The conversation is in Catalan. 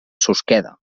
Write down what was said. susqueda